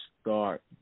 start